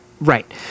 right